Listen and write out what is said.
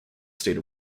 state